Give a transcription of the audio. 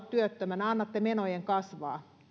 työttömänä ja annatte menojen kasvaa